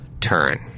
turn